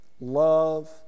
love